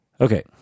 Okay